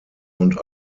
und